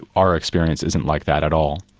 our experience isn't like that at all.